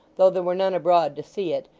though there were none abroad to see it,